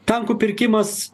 tankų pirkimas